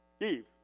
Eve